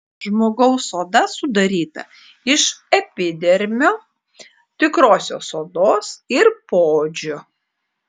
žmogaus oda sudaryta iš epidermio tikrosios odos ir poodžio